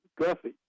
Guffy